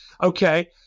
okay